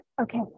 Okay